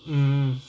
mm